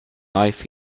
life